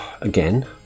again